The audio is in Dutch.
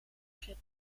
schip